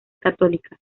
católica